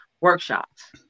workshops